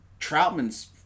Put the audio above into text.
Troutman's